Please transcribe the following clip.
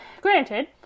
granted